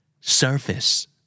Surface